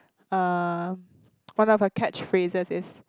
err one of the catch phrases is